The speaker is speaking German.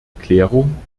klärung